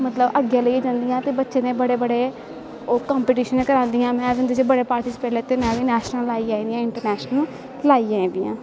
मतलव अग्गैं लेईयै जंदियां ते बच्चें दे बड़े बड़े ओह् कंपिटिशन करांदियां नै उंदे च बड़े पार्टिसिपेट लैते में बी नैशनल लाई आइ आं इंट्रनैशनल लाऊई आई दी ऐं